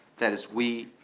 that is we